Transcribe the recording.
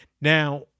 Now